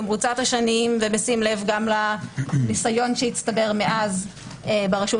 במרוצת השנים ובשים לב גם לניסיון שהצטבר מאז ברשות